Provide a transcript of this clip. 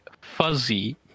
fuzzy